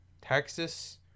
Texas